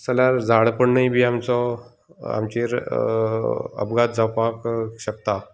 तस जाल्यार झाड पडनूय बी आमचो आमचेर अपघात जावपाक शकता